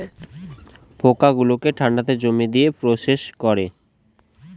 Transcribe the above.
পোকা গুলোকে ঠান্ডাতে জমিয়ে দিয়ে প্রসেস করে